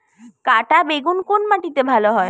কাঁটা বেগুন কোন মাটিতে ভালো হয়?